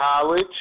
college